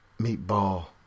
meatball